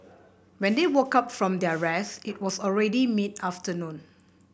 when they woke up from their rest it was already mid afternoon